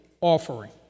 offering